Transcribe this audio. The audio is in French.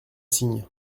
signe